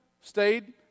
stayed